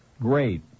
Great